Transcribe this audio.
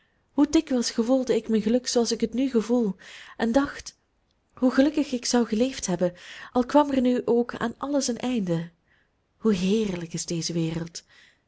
hoe dikwijls gevoelde ik mijn geluk zooals ik het nu gevoel en dacht hoe gelukkig ik zou geleefd hebben al kwam er nu ook aan alles een einde hoe heerlijk is deze wereld